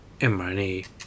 mRNA